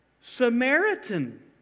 Samaritan